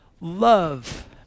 love